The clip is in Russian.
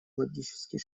логический